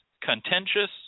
contentious